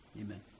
Amen